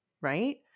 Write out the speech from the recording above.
right